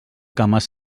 cames